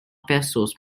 pesos